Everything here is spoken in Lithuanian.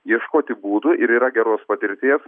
ieškoti būdų ir yra geros patirties